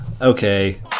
okay